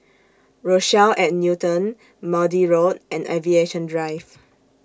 Rochelle At Newton Maude Road and Aviation Drive